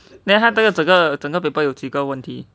then 他的整个整个 paper 有几个问题